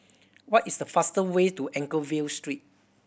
what is the fastest way to Anchorvale Street